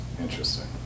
Interesting